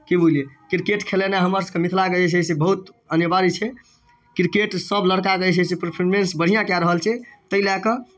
की बुझलियै क्रिकेट खेलेनाइ हमरसभके मिथिलाके जे छै से बहुत अनिवार्य छै क्रिकेट सभलड़का जे छै से परफॉर्मेंस बढ़िआँ कए रहल छै ताहि लए कऽ